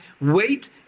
wait